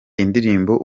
indirimbo